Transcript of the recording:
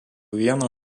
vieną